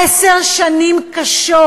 עשר שנים קשות.